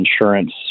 insurance